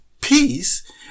peace